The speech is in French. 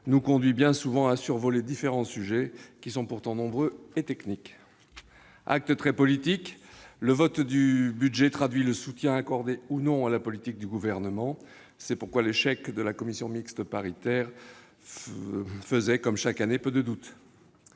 nous conduisent bien souvent à survoler les différents sujets, qui sont pourtant nombreux et techniques. Acte très politique, le vote du budget traduit le soutien accordé ou non à la politique du Gouvernement. C'est pourquoi l'échec de la commission mixte paritaire faisait, comme chaque année, peu de doute.